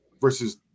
versus